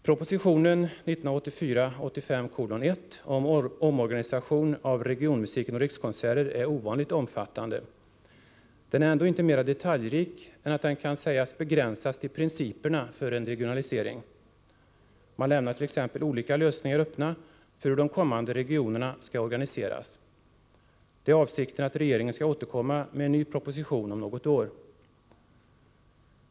Propositionen 1984/85:1 om omorganisation av regionmusiken och Rikskonserter är ovanligt omfattande. Den är ändå inte mera detaljrik än att den kan sägas begränsas till principerna för en regionalisering. Man lämnar t.ex. olika lösningar öppna för hur de kommande regionerna skall organiseras. Det är avsikten att regeringen skall återkomma med en ny proposition om något år.